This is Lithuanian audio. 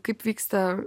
kaip vyksta